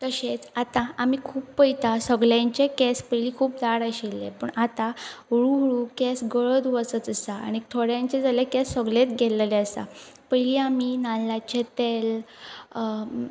तशेंच आतां आमी खूब पळयता सगल्यांचें केंस पयलीं खूब जाड आशिल्ले पूण आतां हळू हळू केंस गळत वचच आसा आनी थोड्यांचें जाले केंस सगलेंत गेल्लेलें आसा पयलीं आमी नाल्लाचें तेल